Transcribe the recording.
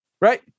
Right